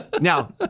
Now